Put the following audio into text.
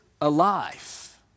alive